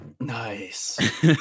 Nice